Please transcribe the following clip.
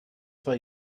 war